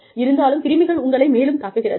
இருந்தாலும் கிருமிகள் உங்களை மேலும் தாக்குகிறது